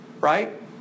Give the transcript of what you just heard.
right